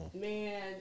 man